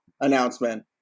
announcement